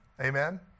Amen